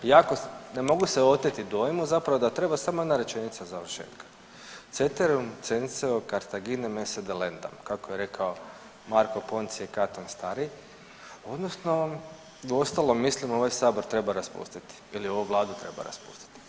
Ne mogu se oteti dojmu zapravo da treba samo jedna rečenica završetka Ceterum censeo Carthaginem esse delenadam kako je rekao Marko Poncije Katon Stari, odnosno uostalom mislim ovaj Sabor treba raspustiti ili ovu Vladu treba raspustiti.